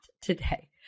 today